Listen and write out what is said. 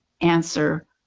answer